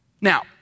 Now